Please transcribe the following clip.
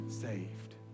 saved